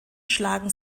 schlagen